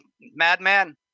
madman